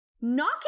knocking